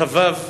קוויו